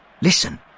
Listen